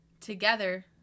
together